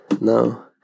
No